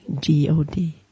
G-O-D